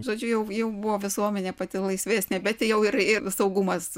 žodžiu jau jau buvo visuomenė pati laisvesnė bet jau ir ir saugumas